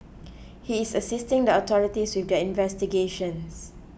he is assisting the authorities with their investigations